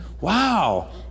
wow